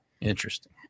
Interesting